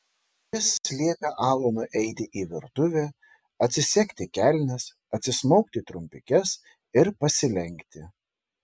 jis liepė alanui eiti į virtuvę atsisegti kelnes atsismaukti trumpikes ir pasilenkti